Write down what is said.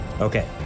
Okay